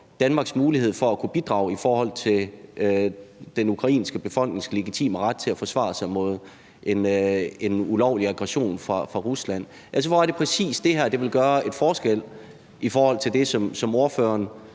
Danmarks mulighed for at bidrage i forhold til den ukrainske befolknings legitime ret til at forsvare sig mod en ulovlig aggression fra Rusland? Hvor er det præcis, det her vil gøre en forskel i forhold til det, som ordføreren